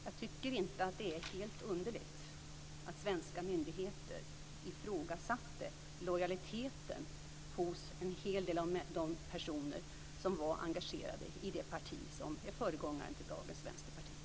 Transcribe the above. Jag tycker inte att det är helt underligt att svenska myndigheter ifrågasatte lojaliteten hos en hel del av de personer som var engagerade i det parti som är föregångaren till dagens vänsterparti.